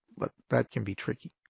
but that can be tricky.